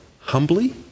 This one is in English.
humbly